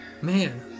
Man